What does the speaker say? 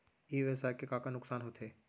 ई व्यवसाय के का का नुक़सान होथे?